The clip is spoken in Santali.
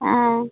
ᱦᱮᱸ